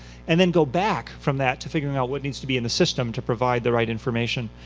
and then go back from that to figuring out what needs to be in the system to provide the right information.